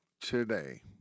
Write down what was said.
today